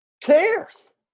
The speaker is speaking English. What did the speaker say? cares